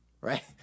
Right